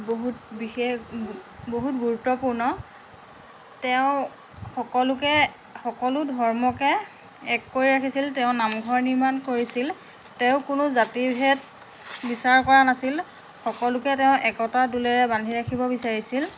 বহুত বিশেষ বহুত গুৰুত্বপূৰ্ণ তেওঁ সকলোকে সকলো ধৰ্মকে এক কৰি ৰাখিছিল তেওঁ নামঘৰ নিৰ্মাণ কৰিছিল তেওঁ কোনো জাতিৰভেদ বিচাৰ কৰা নাছিল সকলোকে তেওঁ একতাৰ দোলেৰে বান্ধি ৰাখিব বিচাৰিছিল